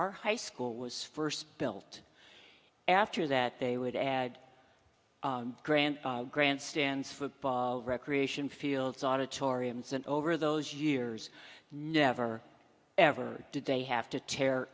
our high school was first built after that they would add grand grand stands for recreation fields auditoriums and over those years never ever did they have to tear